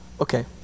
Okay